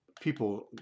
people